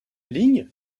ligne